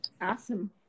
Awesome